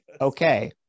Okay